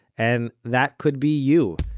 and that could be you.